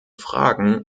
fragen